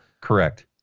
Correct